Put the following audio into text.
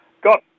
Got